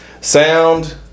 sound